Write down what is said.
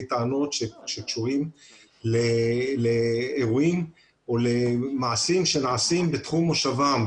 טענות שקשורים לאירועים או למעשים שנעשים בתחום מושבם,